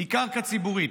היא קרקע ציבורית.